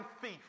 thief